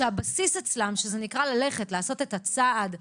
שהבסיס אצלם, שזה נקרא ללכת, לעשות את הצעד הבא,